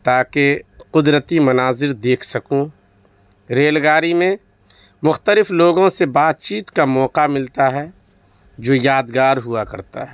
تاکہ قدرتی مناظر دیکھ سکوں ریل گاڑی میں مختلف لوگوں سے بات چیت کا موقع ملتا ہے جو یادگار ہوا کرتا ہے